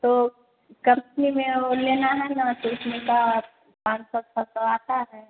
तो कम्पनी में वह लेना है ना तो उसमें का पाँच सौ छः सौ आता है